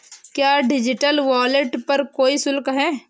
क्या digital wallet पर कोई शुल्क है?